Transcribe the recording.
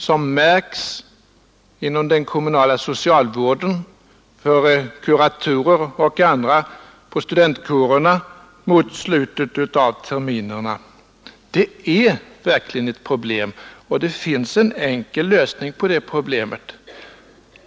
Det märks inom den kommunala socialvården och för kuratorer och andra på studentkårerna mot slutet av terminerna. Det är verkligen ett problem. Det finns en enkel lösning på problemet.